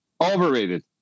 Overrated